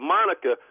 Monica